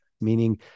meaning